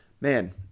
man